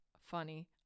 funny